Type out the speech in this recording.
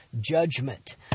judgment